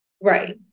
Right